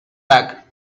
black